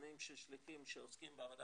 התקנים של השליחים שעוסקים בעבודה